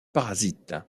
parasites